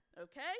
okay